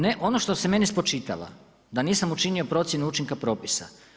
Ne, ono što se meni spočitava da nisam učinio procjenu učinka propisa.